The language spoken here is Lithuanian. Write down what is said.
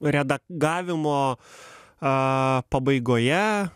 redagavimo a pabaigoje